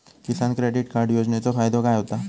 किसान credit card योजनेचो फायदो काय होता?